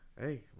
Hey